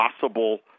possible